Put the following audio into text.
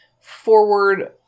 forward